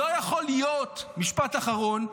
לא יכול להיות, משפט אחרון,